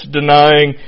denying